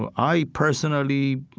ah i personally,